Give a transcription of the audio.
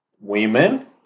Women